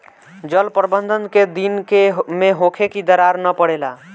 जल प्रबंधन केय दिन में होखे कि दरार न परेला?